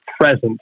present